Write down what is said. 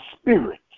spirits